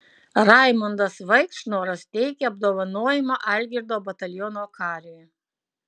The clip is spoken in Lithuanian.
raimundas vaikšnoras teikia apdovanojimą algirdo bataliono kariui